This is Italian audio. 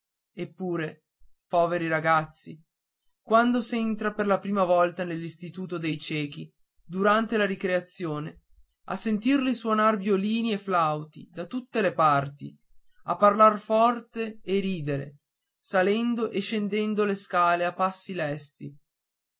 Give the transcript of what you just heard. eppure poveri ragazzi quando s'entra per la prima volta nell'istituto dei ciechi durante la ricreazione a sentirli suonar violini e flauti da tutte le parti e parlar forte e ridere salendo e scendendo le scale a passi lesti